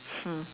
hmm